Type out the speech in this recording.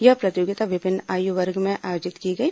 यह प्रतियोगिता विभिन्न आयु वर्गों में आयोजित की गई